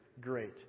great